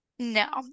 No